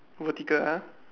vertical ah